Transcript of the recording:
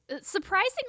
Surprisingly